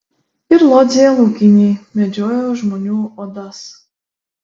ir lodzėje laukiniai medžiojo žmonių odas